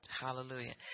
Hallelujah